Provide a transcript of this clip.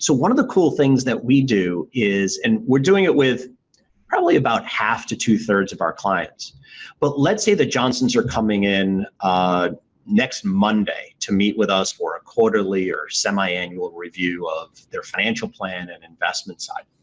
so one of the cool things that we do is and we're doing it with probably about half to two-thirds of our clients but let's say the johnson's are coming in next monday to meet with us for a quarterly or semiannual review of their financial plan and investment side